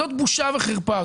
זאת בושה וחרפה.